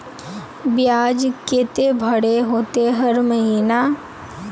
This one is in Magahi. बियाज केते भरे होते हर महीना?